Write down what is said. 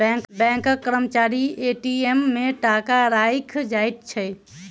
बैंकक कर्मचारी ए.टी.एम मे टाका राइख जाइत छै